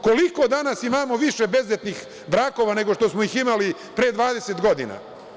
Koliko danas imamo više brakova bez dece nego što smo ih imali pre 20 godina?